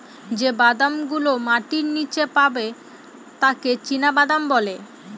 যে বাদাম গুলো মাটির নীচে পাবে তাকে চীনাবাদাম বলে